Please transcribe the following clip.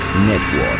Network